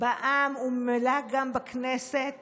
בעם וממילא גם בכנסת